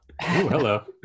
hello